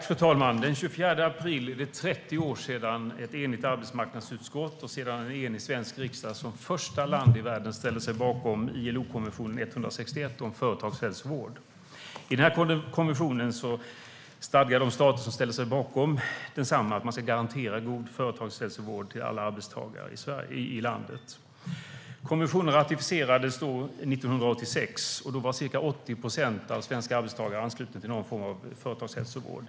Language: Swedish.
Fru talman! Den 24 april är det 30 år sedan ett enigt arbetsmarknadsutskott och sedan en enig svensk riksdag fick Sverige att som första land i världen ställa sig bakom ILO-konventionen 161 om företagshälsovård. I konventionen stadgar de stater som ställer sig bakom densamma att man ska garantera god företagshälsovård för alla arbetstagare i landet. Konventionen ratificerades 1986, och då var ca 80 procent av de svenska arbetstagarna anslutna till någon form av företagshälsovård.